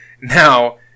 Now